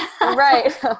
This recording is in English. Right